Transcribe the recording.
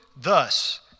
Thus